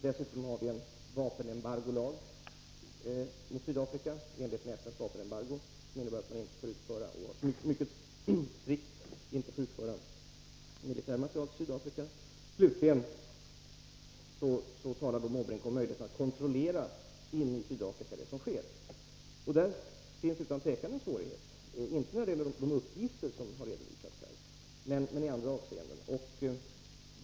Dessutom har vi en lag om vapenembargo mot Sydafrika i enlighet med FN:s vapenembargo, som är mycket strikt och som innebär att man inte får utföra militär materiel till Sydafrika. Slutligen talade Bertil Måbrink om möjligheterna att i Sydafrika kontrollera vad som sker när det gäller svenska företags verksamhet i landet. Här finns utan tvivel en svårighet — inte när det gäller de uppgifter som har redovisats här, men i andra avseenden.